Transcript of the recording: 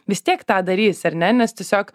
vis tiek tą darysi ar ne nes tiesiog